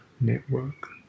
network